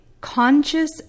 conscious